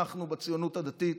אנחנו, בציונות הדתית,